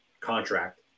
contract